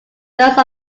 those